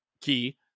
key